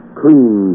clean